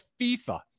FIFA